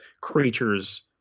creatures